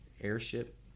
Airship